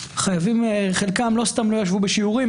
שחייבים חלקם לא סתם לא ישבו בשיעורים.